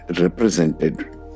represented